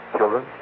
Children